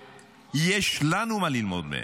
ויש לנו מה ללמוד מהן.